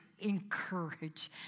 encourage